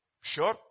sure